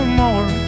more